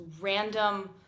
random